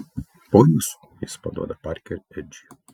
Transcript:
po jūsų jis paduoda parkerį edžiui